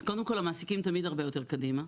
אז קודם כל המעסיקים תמיד הרבה יותר קדימה,